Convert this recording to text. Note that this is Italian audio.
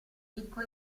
ricco